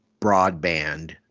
broadband